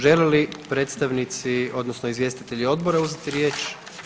Žele li predstavnici odnosno izvjestitelji odbora uzeti riječ?